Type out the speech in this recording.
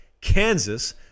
Kansas